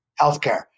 healthcare